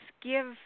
give